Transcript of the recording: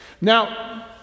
Now